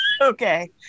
okay